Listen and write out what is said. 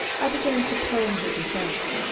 i began to plan her defense.